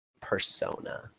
persona